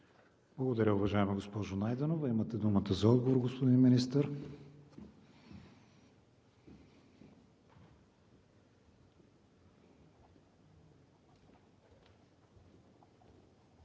Благодаря, уважаеми господин Михайлов. Имате думата за отговор, господин Министър.